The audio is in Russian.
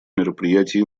мероприятий